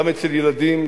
גם אצל ילדים,